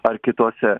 ar kitose